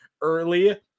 early